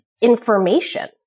information